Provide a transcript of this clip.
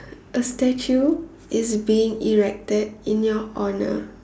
a statue is being erected in your honour